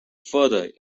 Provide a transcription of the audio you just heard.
further